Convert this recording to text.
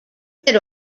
that